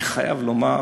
אני חייב לומר